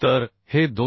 तर हे 273